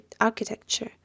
architecture